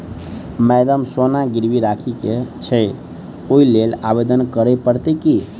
Madam सोना गिरबी राखि केँ छैय ओई लेल आवेदन करै परतै की?